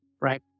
right